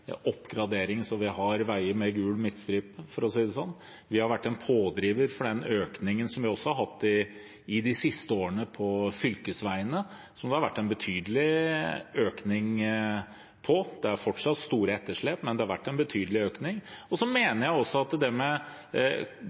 sånn. Vi har vært en pådriver for den økningen vi de siste årene har hatt på fylkesveiene, som har vært betydelig. Det er fortsatt store etterslep, men det har vært en betydelig økning. Jeg mener også at når det